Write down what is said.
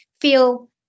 feel